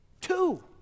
Two